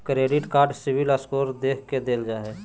credit card CIBIL score देख के देल जा हइ